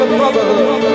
brotherhood